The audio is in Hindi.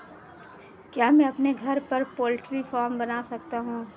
क्या मैं अपने घर पर पोल्ट्री फार्म बना सकता हूँ?